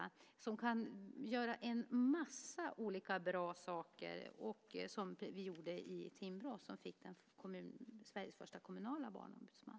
De skulle kunna göra en massa olika bra saker, som vi gjorde i Timrå där vi fick Sveriges första kommunala barnombudsman.